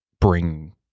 bring